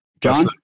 John